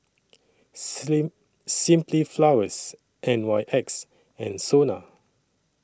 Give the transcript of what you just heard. Sing Simply Flowers N Y X and Sona